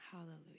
Hallelujah